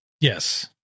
Yes